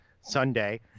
Sunday